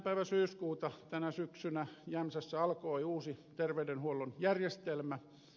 päivä tänä syksynä jämsässä alkoi uusi terveydenhuollon järjestelmä